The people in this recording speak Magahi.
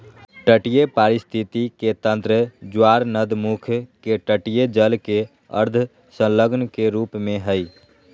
तटीय पारिस्थिति के तंत्र ज्वारनदमुख के तटीय जल के अर्ध संलग्न के रूप में हइ